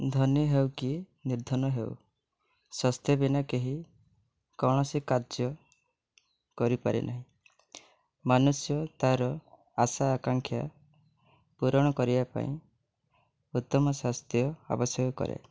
ଧନୀ ହେଉ କି ନିର୍ଦ୍ଧନ ହେଉ ସ୍ୱାସ୍ଥ୍ୟ ବିନା କେହି କୌଣସି କାର୍ଯ୍ୟ କରିପାରେ ନାହିଁ ମନୁଷ୍ୟ ତାର ଆଶା ଆକାଂକ୍ଷା ପୂରଣ କରିବା ପାଇଁ ଉତ୍ତମ ସ୍ୱାସ୍ଥ୍ୟ ଆବଶ୍ୟକ କରେ